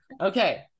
Okay